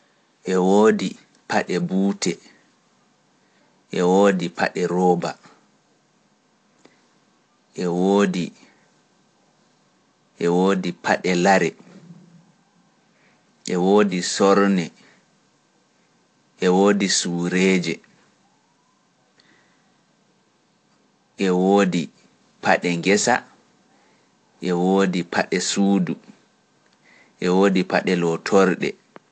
e woodi paɗe buute, e woodi paɗe rooba, e woodi paɗe lare, e woodi sorne, e woodi suureeje, e woodi paɗe ngesa, e woodi paɗe suudu, e woodi paɓaɗɗe ngesa, paɗe ɗe suudu, paɗe ɗe lootorɗe.